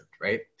right